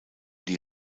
die